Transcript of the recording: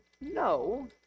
no